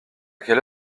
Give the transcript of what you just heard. quelle